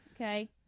okay